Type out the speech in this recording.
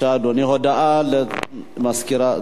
הודעה למזכירות